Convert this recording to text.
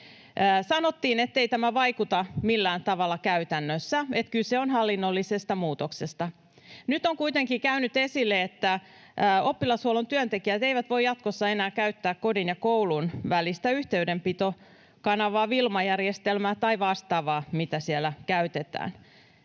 Sanottiin, ettei tämä vaikuta millään tavalla käytännössä, että kyse on hallinnollisesta muutoksesta. Nyt on kuitenkin käynyt esille, että oppilashuollon työntekijät eivät voi jatkossa enää käyttää kodin ja koulun välistä yhteydenpitokanavaa, Wilma-järjestelmää tai vastaavaa, mitä siellä käytetään.